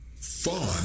Fun